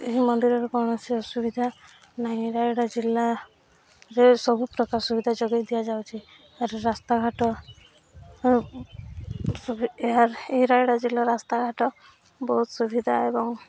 ଏହି ମନ୍ଦିରରେ କୌଣସି ଅସୁବିଧା ନାହିଁ ରାୟଗଡ଼ା ଜିଲ୍ଲା ରେ ସବୁ ପ୍ରକାର ସୁବିଧା ଯୋଗାଇ ଦିଆଯାଉଛି ଆର୍ ରାସ୍ତାଘାଟ ଏହି ରାୟଗଡା ଜିଲ୍ଲା ରାସ୍ତାଘାଟ ବହୁତ ସୁବିଧା ଏବଂ